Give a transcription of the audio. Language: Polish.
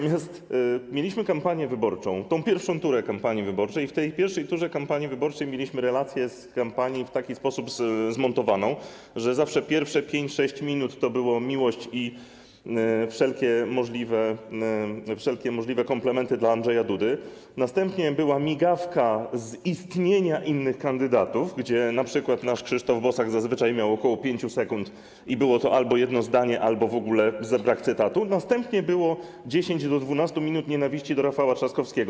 Mieliśmy kampanię wyborczą, pierwszą turę kampanii wyborczej, i w tej pierwszej turze kampanii wyborczej mieliśmy relację z kampanii w taki sposób zmontowaną, że zawsze pierwsze 5, 6 minut to była miłość i wszelkie możliwe komplementy dla Andrzeja Dudy, następnie była migawka z istnienia innych kandydatów, gdzie np. nasz Krzysztof Bosak zazwyczaj miał ok. 5 sekund i było to albo jedno zdanie, albo w ogóle brak cytatu, następnie było 10 do 12 minut nienawiści do Rafała Trzaskowskiego.